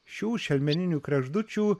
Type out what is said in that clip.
šių šelmeninių kregždučių